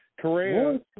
Correa